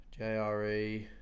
JRE